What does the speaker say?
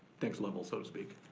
next level so to speak.